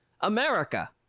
America